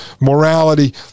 morality